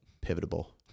pivotal